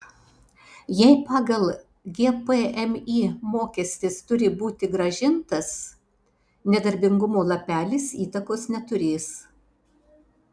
jei pagal gpmį mokestis turi būti grąžintas nedarbingumo lapelis įtakos neturės